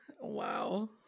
wow